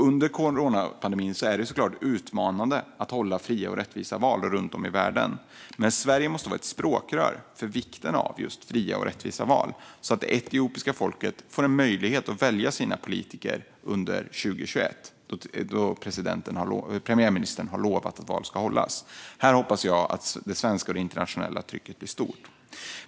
Under coronapandemin är det såklart en utmaning att hålla fria och rättvisa val runt om i världen. Men Sverige måste vara ett språkrör för vikten av fria och rättvisa val, så att det etiopiska folket får en möjlighet att välja sina politiker under 2021 då premiärministern har lovat att val ska hållas. Jag hoppas att det svenska och internationella trycket för detta blir stort.